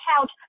couch